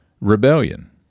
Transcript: rebellion